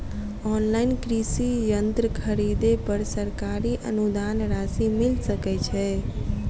Online कृषि यंत्र खरीदे पर सरकारी अनुदान राशि मिल सकै छैय?